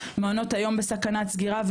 מעונות היום בסכנת סגירה,